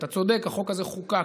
אתה צודק, החוק הזה חוקק,